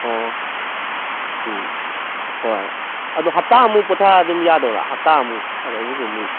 ꯑꯣ ꯎꯝ ꯍꯣꯏ ꯑꯗꯨ ꯍꯞꯇꯥꯃꯨꯛ ꯄꯣꯊꯥꯔ ꯑꯗꯨꯝ ꯌꯥꯗꯧꯔꯥ ꯍꯞꯇꯥꯃꯨꯛ ꯐꯔ ꯑꯩꯅꯁꯨ ꯑꯃꯨꯛ